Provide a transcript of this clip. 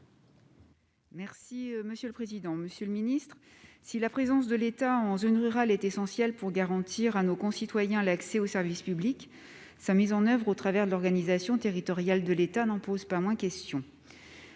Monsieur le secrétaire d'État, si la présence de l'État en zone rurale est essentielle pour garantir à nos concitoyens l'accès aux services publics, la mise en oeuvre de cette présence au travers de l'organisation territoriale de l'État n'en pose pas moins question.